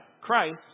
Christ